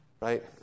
Right